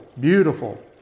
beautiful